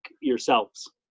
yourselves